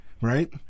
right